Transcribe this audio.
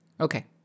Okay